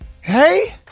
Hey